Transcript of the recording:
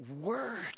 word